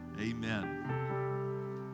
Amen